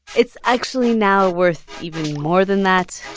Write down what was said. it's actually now worth even more than that.